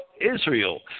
Israel